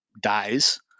dies